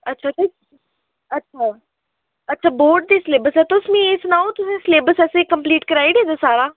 अच्छा ते अच्छा अच्छा बोर्ड दी स्लेबस ऐ तुस मी एह् सनाओ तुसें स्लेबस असें कंप्लीट कराई ओड़ा दा सारा